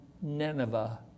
Nineveh